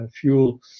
fuel